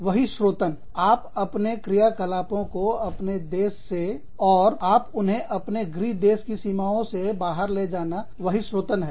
बहिस्रोतन आप अपने क्रियाकलापों को आपके देश से और आप उन्हें अपने गृह देश की सीमाओं से बाहर ले जाना बहिस्रोतन है